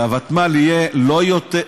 שהוותמ"ל תהיה לא יותר,